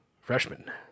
Freshman